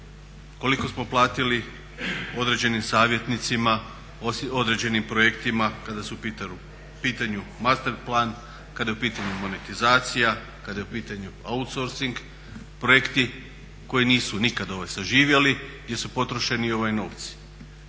Koliko smo platili određenim savjetnicima, određenim projektima kada su u pitanju master plan, kada je u pitanju monetizacija, kada je u pitanju outsorcing, projekti koji nisu nikad saživjeli gdje su potrošeni novci.